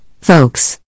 folks